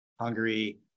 Hungary